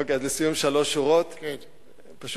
אוקיי, אז לסיום, שלוש שורות כתובות.